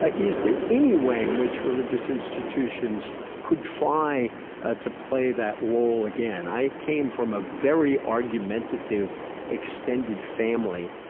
ah is there any way in which religious institutions could try ah to play that role again? i came from a very argumentative extended family,